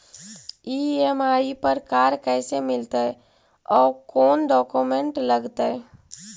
EMI पर car कैसे मिलतै औ कोन डाउकमेंट लगतै?